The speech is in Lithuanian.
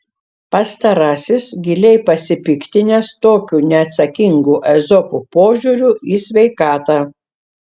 pastarasis giliai pasipiktinęs tokiu neatsakingu ezopo požiūriu į sveikatą